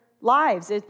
lives